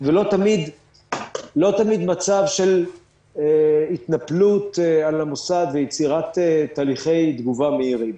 ולא תמיד לא תמיד מצב של התנפלות על המוסד ויצירת תהליכי תגובה מהירים.